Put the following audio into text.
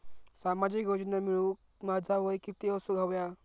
सामाजिक योजना मिळवूक माझा वय किती असूक व्हया?